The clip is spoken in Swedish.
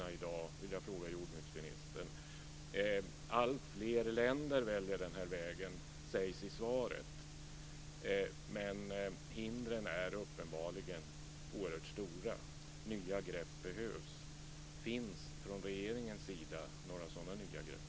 Det vill jag fråga jordbruksministern. Alltfler länder väljer den här vägen, sägs det i svaret. Men hindren är uppenbarligen oerhört stora. Nya grepp behövs. Finns några sådana nya grepp från regeringens sida?